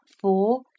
four